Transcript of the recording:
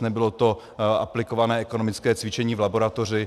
Nebylo to aplikované ekonomické cvičení v laboratoři.